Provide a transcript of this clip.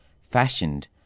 fashioned